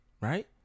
right